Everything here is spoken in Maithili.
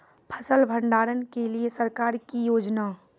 फसल भंडारण के लिए सरकार की योजना?